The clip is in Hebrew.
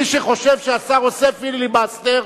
מי שחושב שהשר עושה פיליבסטר,